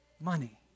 money